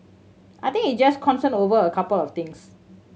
I think it's just concern over a couple of things